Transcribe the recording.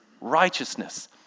righteousness